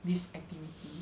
this activity